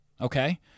Okay